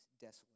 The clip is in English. desolate